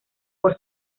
por